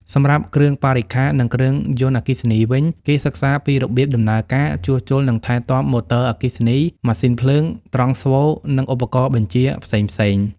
សម្រាប់គ្រឿងបរិក្ខារ និងគ្រឿងយន្តអគ្គិសនីវិញ គេសិក្សាពីរបៀបដំណើរការ ជួសជុល និងថែទាំម៉ូទ័រអគ្គិសនី ម៉ាស៊ីនភ្លើង ត្រង់ស្វូ និងឧបករណ៍បញ្ជាផ្សេងៗ។